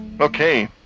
Okay